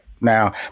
Now